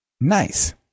nice